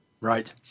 right